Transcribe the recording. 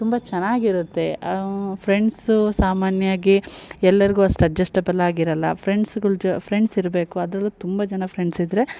ತುಂಬ ಚೆನ್ನಾಗಿರುತ್ತೆ ಫ್ರೆಂಡ್ಸು ಸಾಮಾನ್ಯವಾಗಿ ಎಲ್ಲರಿಗು ಅಷ್ಟು ಅಡ್ಜಸ್ಟೇಬಲ್ ಆಗಿರೋಲ್ಲ ಫ್ರೆಂಡ್ಸುಗಳು ಜ ಫ್ರೆಂಡ್ಸ್ ಇರಬೇಕು ಅದರಲ್ಲು ತುಂಬ ಜನ ಫ್ರೆಂಡ್ಸ್ ಇದ್ರೆ